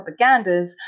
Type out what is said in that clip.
propagandas